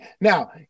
Now